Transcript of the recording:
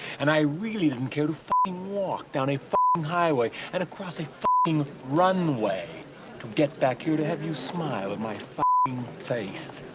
and i really didn't care to walk down a highway and across a runway to get back here and have you smile at my face.